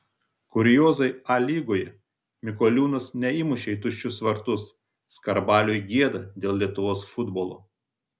kuriozai a lygoje mikoliūnas neįmušė į tuščius vartus skarbaliui gėda dėl lietuvos futbolo